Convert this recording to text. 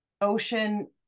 ocean